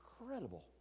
incredible